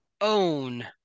own